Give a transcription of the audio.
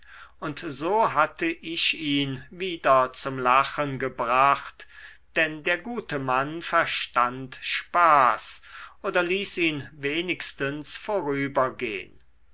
und so hatte ich ihn wieder zum lachen gebracht denn der gute mann verstand spaß oder ließ ihn wenigstens vorübergehn